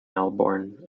melbourne